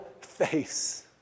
face